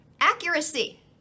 accuracy